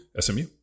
SMU